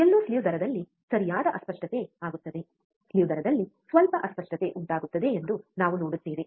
ಎಲ್ಲೋ slew ದರದಲ್ಲಿ ಸರಿಯಾದ ಅಸ್ಪಷ್ಟತೆ ಆಗುತ್ತದೆ ಸ್ಲೀವ್ ದರದಲ್ಲಿ ಸ್ವಲ್ಪ ಅಸ್ಪಷ್ಟತೆ ಉಂಟಾಗುತ್ತದೆ ಎಂದು ನಾವು ನೋಡುತ್ತೇವೆ